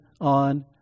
on